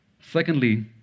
Secondly